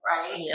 Right